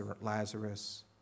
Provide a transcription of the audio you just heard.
Lazarus